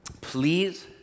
please